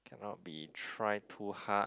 cannot be try too hard